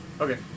Okay